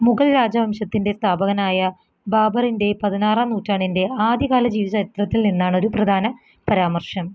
മുഗൾ രാജവംശത്തിൻ്റെ സ്ഥാപകനായ ബാബറിൻ്റെ പതിനാറാം നൂറ്റാണ്ടിൻ്റെ ആദ്യകാല ജീവചരിത്രത്തിൽ നിന്നാണൊരു പ്രധാന പരാമർശം